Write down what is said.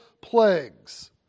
plagues